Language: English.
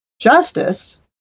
justice